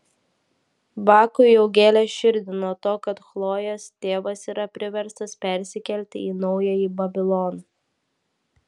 bakui jau gėlė širdį nuo to kad chlojės tėvas yra priverstas persikelti į naująjį babiloną